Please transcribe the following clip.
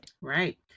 Right